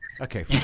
Okay